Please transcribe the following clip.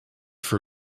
for